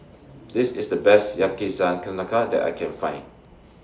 This IS The Best Yakizakana Ka that I Can Find